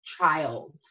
child